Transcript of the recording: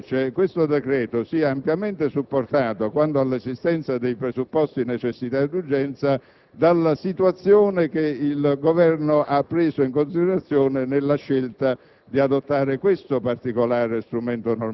che ci fanno ritenere che, nella specie, questo decreto sia ampiamente supportato quanto all'esistenza dei presupposti di necessità ed urgenza nella situazione che il Governo ha preso in considerazione nella scelta